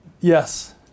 Yes